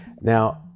now